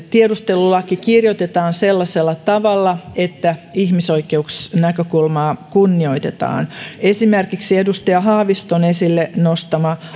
tiedustelulaki kirjoitetaan sellaisella tavalla että ihmisoikeusnäkökulmaa kunnioitetaan esimerkiksi edustaja haaviston esille nostama